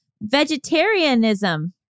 vegetarianism